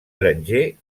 granger